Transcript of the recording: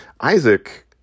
Isaac